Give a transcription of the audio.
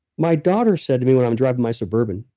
my daughter said to me when i'm driving my suburban,